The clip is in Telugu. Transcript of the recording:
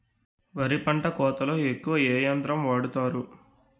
వరి పంట కోతలొ ఎక్కువ ఏ యంత్రం వాడతారు?